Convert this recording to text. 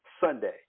Sunday